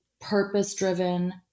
purpose-driven